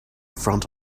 front